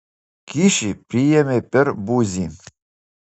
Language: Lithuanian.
kyšį priėmė per buzį